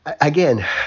Again